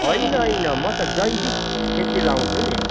होइन होइन म त जैविक खेती लाउँछु नि